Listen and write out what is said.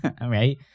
Right